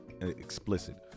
explicit